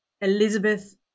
Elizabeth